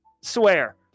swear